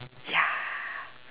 ya